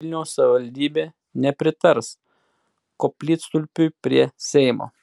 vilniaus savivaldybė nepritars koplytstulpiui prie seimo